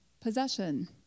possession